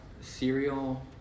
cereal